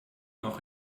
noch